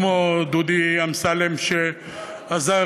כמו דודי אמסלם שעזר,